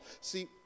See